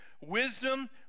wisdom